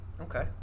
Okay